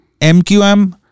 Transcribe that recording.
MQM